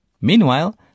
Meanwhile